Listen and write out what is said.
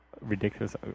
ridiculous